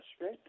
Right